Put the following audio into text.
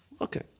okay